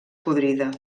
podrida